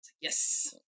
Yes